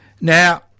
Now